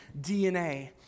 DNA